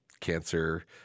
cancer